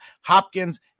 Hopkins